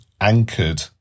anchored